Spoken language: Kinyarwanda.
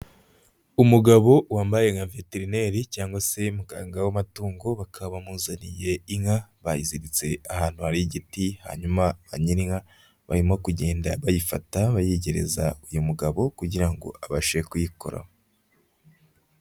Umugabo wambaye nka veterineri cyangwa se muganga w'amatungo, bakaba bamuzaniye inka bayiziritse ahantu hari igiti, hanyuma ba nyir'inka barimo kugenda bayifata bayegereza uyu mugabo kugira ngo abashe kuyikoraho.